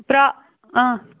پرٛا